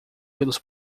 pelos